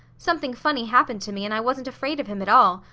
something funny happened to me, and i wasn't afraid of him at all.